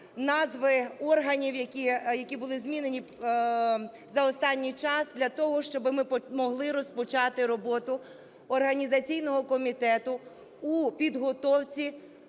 назви органів, які були змінені за останній час для того, щоб ми могли розпочати роботу організаційного комітету у підготовці